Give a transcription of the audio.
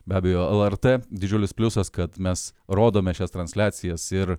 be abejo el er tė didžiulis pliusas kad mes rodome šias transliacijas ir